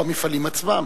או המפעלים עצמם.